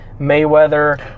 Mayweather